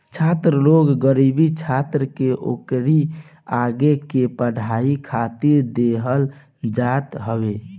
छात्र लोन गरीब छात्र के ओकरी आगे के पढ़ाई खातिर देहल जात हवे